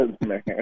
man